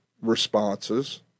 responses